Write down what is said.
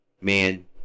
man